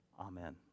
Amen